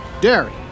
dairy